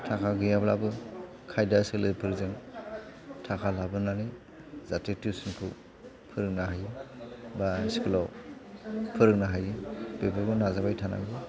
थाखा गैयाब्लाबो खायदा सोलोफोरजों थाखा लाबोनानै जाहाथे टिउस'नखौ फोरोंनो हायो बा स्कुलाव फोरोंनो हायो बेफोरखौ नाजाबाय थानांगौ